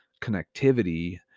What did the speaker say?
connectivity